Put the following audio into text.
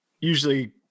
usually